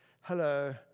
hello